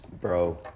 Bro